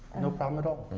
no problem at all.